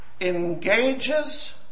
engages